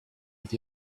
with